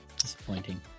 disappointing